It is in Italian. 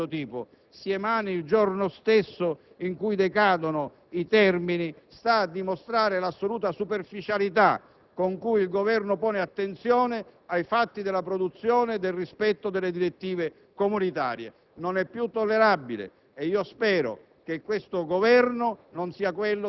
Anche il fatto che un provvedimento di questo tipo si emani il giorno stesso in cui decadono i termini sta a dimostrare l'assoluta superficialità con cui il Governo pone attenzione ai fatti della produzione e del rispetto delle direttive comunitarie. Non è più tollerabile e io spero